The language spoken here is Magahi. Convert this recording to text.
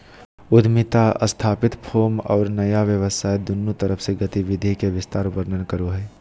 उद्यमिता स्थापित फर्म और नया व्यवसाय दुन्नु तरफ से गतिविधि के विस्तार वर्णन करो हइ